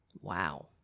Wow